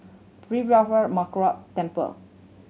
Arulmigu Murugan Temple